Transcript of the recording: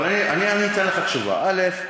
אני אתן לך תשובה: א.